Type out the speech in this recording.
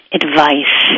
advice